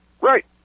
Right